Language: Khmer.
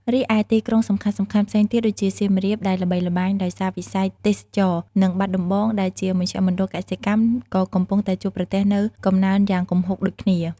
រីឯទីក្រុងសំខាន់ៗផ្សេងទៀតដូចជា សៀមរាប ដែលល្បីល្បាញដោយសារវិស័យទេសចរណ៍ និងបាត់ដំបង ដែលជាមជ្ឈមណ្ឌលកសិកម្ម ក៏កំពុងតែជួបប្រទះនូវកំណើនយ៉ាងគំហុកដូចគ្នា។